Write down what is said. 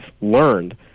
learned